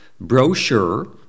brochure